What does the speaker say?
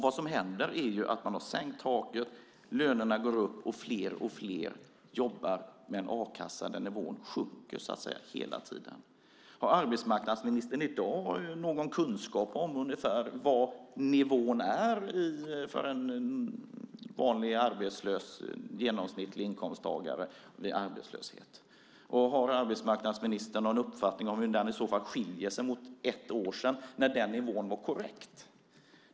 Vad som händer är att man har sänkt taket. Lönerna går upp och fler och fler jobbar, men a-kassenivån sjunker hela tiden. Har arbetsmarknadsministern i dag någon kunskap om ungefär vad nivån är för en vanlig arbetslös genomsnittlig inkomsttagare vid arbetslöshet? Och har arbetsmarknadsministern i så fall någon uppfattning om hur den skiljer sig från den som var aktuell för ett år sedan, när den nivån var korrekt?